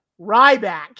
ryback